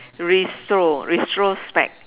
retro~ retrospect